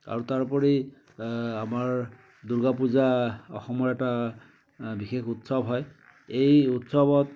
আৰু তাৰ উপৰি আমাৰ দুৰ্গাপূজা অসমৰ এটা বিশেষ উৎসৱ হয় এই উৎসৱত